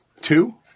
two